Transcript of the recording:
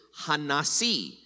Hanasi